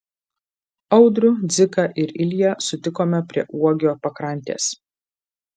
audrių dziką ir ilją sutikome prie uogio pakrantės